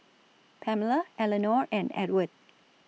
Pamella Elenore and Edward